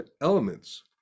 elements